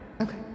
okay